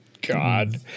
God